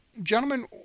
gentlemen